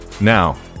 Now